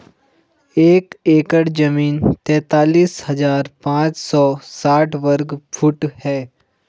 एक एकड़ जमीन तैंतालीस हजार पांच सौ साठ वर्ग फुट है